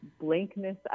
blankness